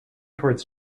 towards